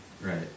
Right